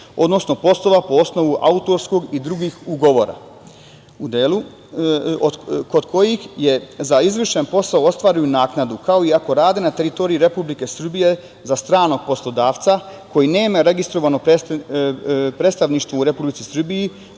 odnosno poslova po osnovu autorskih i drugih ugovora o delu, kod kojih je za izvršen posao ostvaruju naknadu kao i ako rade na teritoriji Republike Srbije za stranog poslodavca koji nema registrovano predstavništvo u Republici Srbiji,